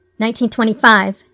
1925